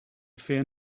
fear